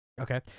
okay